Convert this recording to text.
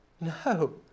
No